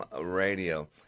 radio